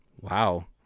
wow